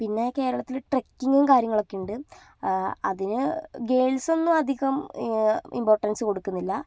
പിന്നെ കേരളത്തിൽ ട്രക്കിങ്ങും കാര്യങ്ങളൊക്കെ ഉണ്ട് അതിന് ഗേൾസൊന്നും അധികം ഇംപോർട്ടൻസ് കൊടുക്കുന്നില്ല